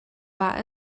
war